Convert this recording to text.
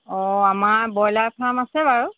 অঁ আমাৰ broiler farm আছে বাৰু